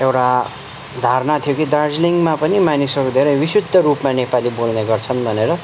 एउरा धारणा थियो कि दार्जिलिङमा पनि मानिसहरू विशुद्धरूपमा नेपाली बोल्ने गर्छन् भनेर